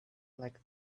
like